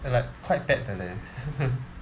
like quite bad 的 leh